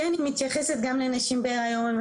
כן היא מתייחסת גם לנשים בהיריון,